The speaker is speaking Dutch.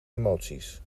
emoties